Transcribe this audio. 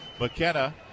McKenna